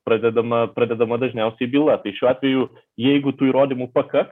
pradedama pradedama dažniausiai byla tai šiuo atveju jeigu tų įrodymų pakaks